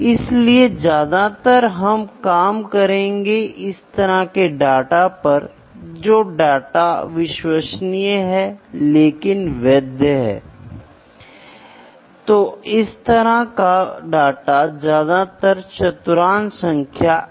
इसलिए शुरू में मेरे पास यह माप नहीं होगा मेरे पास केवल एक शाफ्ट होगा और इस शाफ्ट को माप प्रक्रिया में दिया गया है और यह आवश्यक आउटपुट का उत्पादन करने की कोशिश करता है परिणाम परिमाण यहां दिखाया गया है